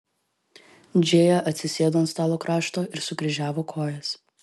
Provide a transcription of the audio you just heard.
džėja atsisėdo ant stalo krašto ir sukryžiavo kojas